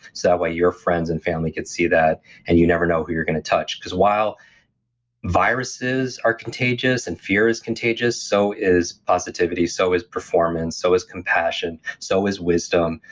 way your friends and family could see that and you never know who you're going to touch. because while viruses are contagious and fear is contagious, so is positivity, so is performance, so is compassion, so is wisdom,